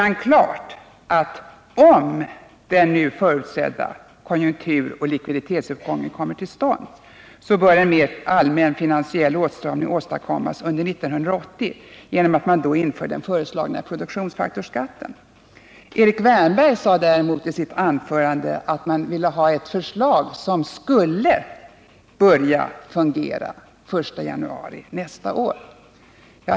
Där skrivs: ”Om den nu förutsedda konjunkturoch likviditetsuppgången kommer till stånd, bör en mer allmän finansiell åtstramning åstadkommas under 1980 genom att man då inför den föreslagna produktionsfaktorskatten.” Erik Wärnberg däremot sade i sitt anförande att socialdemokraterna önskar ett förslag som skall träda i kraft den 1 januari nästa år.